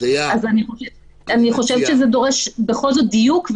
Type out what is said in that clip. לכן אני חושבת שזה דורש בכל זאת דיוק.